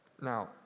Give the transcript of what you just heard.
Now